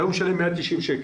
היום הוא משלם 190 שקל.